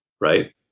right